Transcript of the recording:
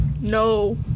no